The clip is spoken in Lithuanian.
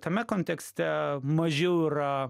tame kontekste mažiau yra